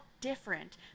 different